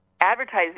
advertising